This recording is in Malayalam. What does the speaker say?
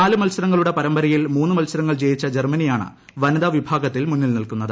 നാല് മുത്സ്രങ്ങളുടെ പരമ്പരയിൽ മൂന്ന് മത്സരങ്ങൾ ജയിച്ച ജർമ്മന്റിയാണ് വനിതാവിഭാഗത്തിൽ മുന്നിൽ നിൽക്കുന്നത്